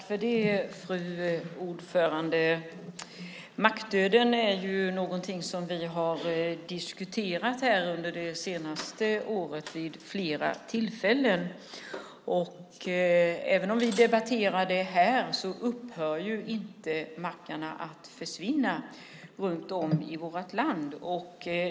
Fru talman! Mackdöden är någonting som vi har diskuterat här vid flera tillfällen under det senaste året. Även om vi debatterar det här upphör inte mackarna att försvinna runt om i vårt land.